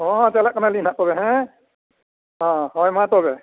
ᱦᱮᱸ ᱦᱮᱸ ᱪᱟᱞᱟᱜ ᱠᱟᱱᱟᱞᱤᱧ ᱦᱟᱸᱜ ᱛᱚᱵᱮ ᱦᱮᱸ ᱦᱳᱭ ᱢᱟ ᱛᱚᱵᱮ